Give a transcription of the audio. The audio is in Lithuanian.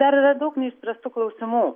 dar yra daug neišspręstų klausimų